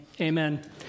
amen